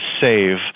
save